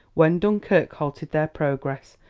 when dunkerque halted their progress,